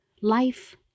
life